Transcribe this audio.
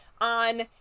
on